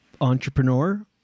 entrepreneur